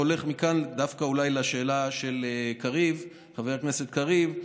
והולך מכאן דווקא אולי לשאלה של חבר הכנסת קריב.